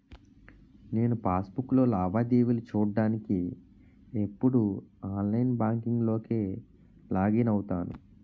నేను పాస్ బుక్కులో లావాదేవీలు చూడ్డానికి ఎప్పుడూ ఆన్లైన్ బాంకింక్ లోకే లాగిన్ అవుతాను